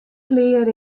klear